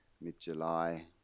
mid-July